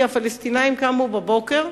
כי הפלסטינים קמו בבוקר,